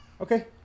Okay